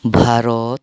Bharat